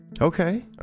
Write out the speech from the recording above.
Okay